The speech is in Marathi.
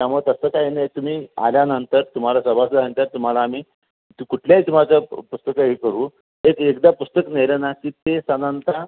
त्यामुळं तसं काय हे नाही तुम्ही आल्यानंतर तुम्हाला सभासद झाल्यानंतर तुम्हाला आम्ही कुठल्याही तुम्हास पुस्तकं हे करू तेच एकदा पुस्तक नेलं ना की ते साधारणत